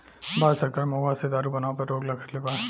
भारत सरकार महुवा से दारू बनावे पर रोक रखले बा